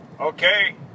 Okay